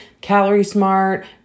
calorie-smart